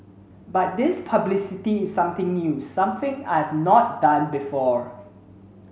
but this publicity is something new something I've not done before